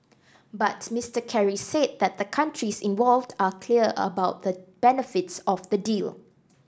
but Mister Kerry said that the countries involved are clear about the benefits of the deal